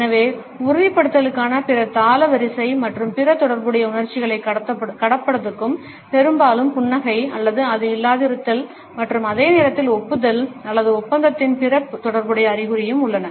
எனவே உறுதிப்படுத்தலுக்கான பிற தாள வரிசை மற்றும் பிற தொடர்புடைய உணர்ச்சிகளைக் கடப்பதற்கும் பெரும்பாலும் புன்னகை அல்லது அது இல்லாதிருத்தல் மற்றும் அதே நேரத்தில் ஒப்புதல் அல்லது ஒப்பந்தத்தின் பிற தொடர்புடைய அறிகுறிகளும் உள்ளன